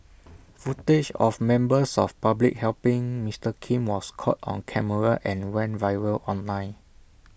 footage of members of public helping Mister Kim was caught on camera and went viral online